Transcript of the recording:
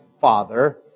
Father